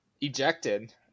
ejected